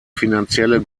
finanzielle